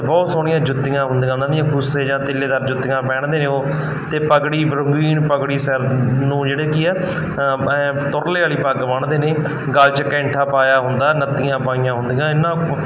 ਅਤੇ ਬਹੁਤ ਸੋਹਣੀਆਂ ਜੁੱਤੀਆਂ ਹੁੰਦੀਆਂ ਉਹਨਾਂ ਦੀਆਂ ਖੁੱਸੇ ਜਾਂ ਤਿੱਲੇਦਾਰ ਜੁੱਤੀਆਂ ਪਹਿਨਦੇ ਨੇ ਉਹ ਅਤੇ ਪਗੜੀ ਰੰਗੀਨ ਪਗੜੀ ਸਿਰ ਨੂੰ ਜਿਹੜੇ ਕੀ ਹੈ ਤੁਰਲੇ ਵਾਲੀ ਪੱਗ ਬੰਨਦੇ ਨੇ ਗੱਲ 'ਚ ਕੈਂਠਾ ਪਾਇਆ ਹੁੰਦਾ ਨੱਥੀਆਂ ਪਾਈਆਂ ਹੁੰਦੀਆਂ ਇਹਨਾਂ